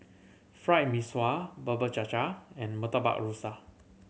Fried Mee Sua Bubur Cha Cha and Murtabak Rusa